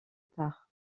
tard